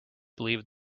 believe